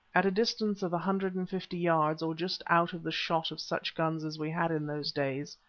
at a distance of a hundred and fifty yards or just out of the shot of such guns as we had in those days,